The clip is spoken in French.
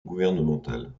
gouvernementale